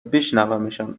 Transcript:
بشنومشان